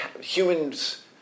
humans